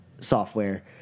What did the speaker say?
software